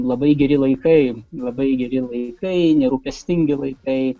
labai geri laikai labai geri laikai nerūpestingi laikai